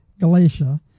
Galatia